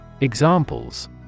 Examples